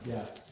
Yes